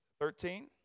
Thirteen